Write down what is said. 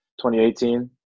2018